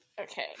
Okay